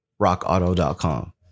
rockauto.com